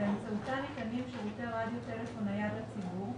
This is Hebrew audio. באמצעותה ניתנים שירותי רדיו טלפון נייד לציבור,